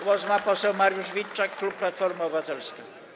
Głos ma poseł Mariusz Witczak, klub Platforma Obywatelska.